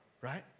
right